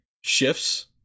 shifts